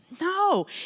no